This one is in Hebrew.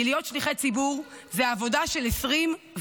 כי להיות שליחי ציבור זו עבודה של 24/7,